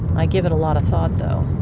i give it a lot of thought though.